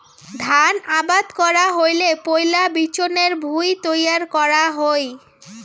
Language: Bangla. ধান আবাদ করা হইলে পৈলা বিচনের ভুঁই তৈয়ার করা হই